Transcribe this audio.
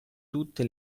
tutte